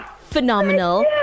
phenomenal